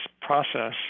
process